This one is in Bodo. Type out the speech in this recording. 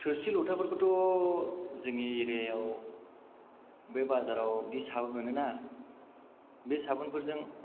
थोरसि लथा फोरखौथ' जोंनि एरिया आव बे बाजाराव दि साबोन मोनो ना बे साबोनफोरजों